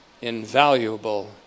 invaluable